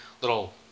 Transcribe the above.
little